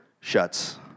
shuts